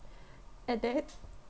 and that